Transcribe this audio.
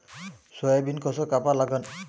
Soybean कस कापा लागन?